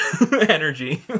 energy